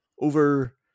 over